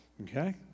Okay